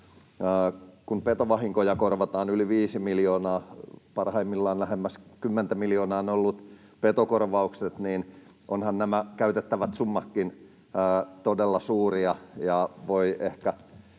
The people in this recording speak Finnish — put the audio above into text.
Kun petovahinkoja korvataan yli viisi miljoonaa, parhaimmillaan lähemmäs kymmentä miljoonaa ovat olleet petokorvaukset, niin ovathan nämä käytettävät summatkin todella suuria,